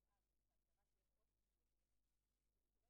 לומדים מהניסיון של ה-20 שנה האלה ורוצים להרחיב,